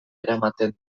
eramaten